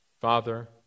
Father